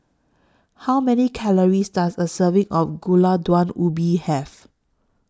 How Many Calories Does A Serving of Gulai Daun Ubi Have